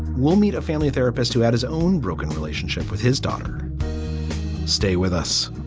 we'll meet a family therapist who had his own broken relationship with his daughter stay with us